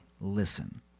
listen